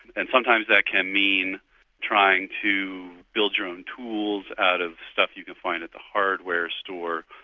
and sometimes that can mean trying to build your own tools out of stuff you can find at the hardware store.